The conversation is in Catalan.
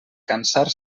cansar